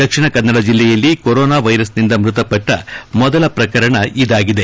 ದಕ್ಷಿಣ ಕನ್ನಡ ಜಿಲ್ಲೆಯಲ್ಲಿ ಕೊರೋನಾ ವೈರಸ್ನಿಂದ ಮ್ಯತಪಟ್ಟ ಮೊದಲ ಪ್ರಕರಣ ಇದಾಗಿದೆ